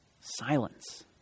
silence